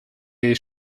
jej